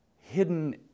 hidden